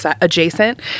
adjacent